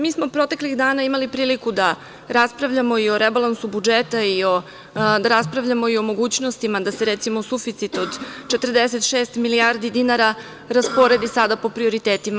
Mi smo proteklih dana imali priliku da raspravljamo i o rebalansu budžeta i da raspravljamo i o mogućnostima da se, recimo, suficit od 46 milijardi dinara rasporedi sa da po prioritetima.